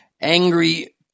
angry